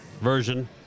version